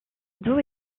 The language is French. dos